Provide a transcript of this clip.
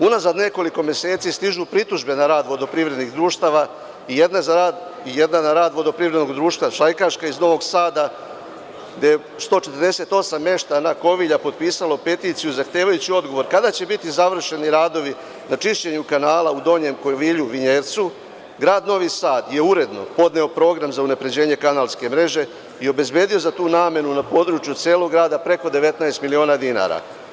Unazad nekoliko meseci stižu pritužbe na rad vodoprivrednih društava i jedna na rad vodoprivrednog društva „Šajkaška“ iz Novog Sada gde 148 meštana Kovilja potpisalo peticiju zahtevajući odgovor kada će biti završeni radovi na čišćenju kanala u donjem Kovilju i Vinjercu, grad Novi Sad je uredno podneo program za unapređenje kanalske mreže i obezbedio za tu namenu na području celog grada preko 19 miliona dinara.